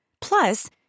Plus